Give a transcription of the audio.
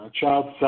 child